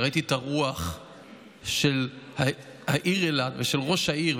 וראיתי את הרוח של העיר אילת ושל ראש העיר,